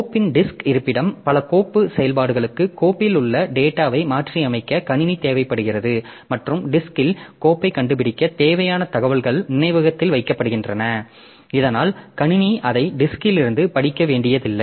கோப்பின் டிஸ்க் இருப்பிடம் பல கோப்பு செயல்பாடுகளுக்கு கோப்பில் உள்ள டேட்டாவை மாற்றியமைக்க கணினி தேவைப்படுகிறது மற்றும் டிஸ்க்ல் கோப்பைக் கண்டுபிடிக்க தேவையான தகவல்கள் நினைவகத்தில் வைக்கப்படுகின்றன இதனால் கணினி அதை டிஸ்க்ல் இருந்து படிக்க வேண்டியதில்லை